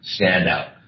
standout